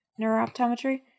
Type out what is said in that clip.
neurooptometry